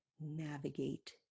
navigate